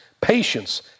patience